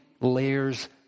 layers